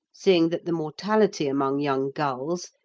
seeing that the mortality among young gulls,